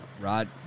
Rod